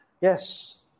Yes